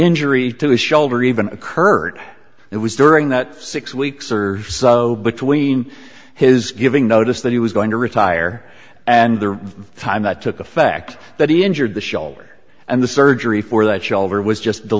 injury to his shoulder even occurred it was during that six weeks or so between his giving notice that he was going to retire and the time that took effect that he injured the shoulder and the surgery for that shoulder was just